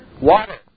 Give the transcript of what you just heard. Water